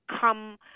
come